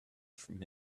from